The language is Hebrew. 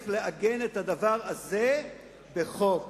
צריך לעגן את הדבר הזה בחוק.